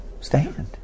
Stand